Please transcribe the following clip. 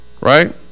right